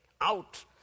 out